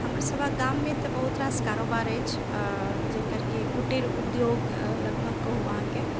हमरसभक गाममे तऽ बहुत रास कारोबार अछि जकर कि कुटिर उद्योग लगभग कहू अहाँकेँ